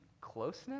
closeness